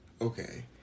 Okay